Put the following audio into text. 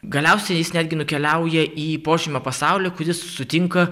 galiausiai jis netgi nukeliauja į požemio pasaulį kur jis sutinka